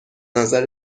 نظر